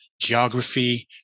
geography